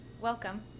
Welcome